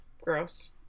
Gross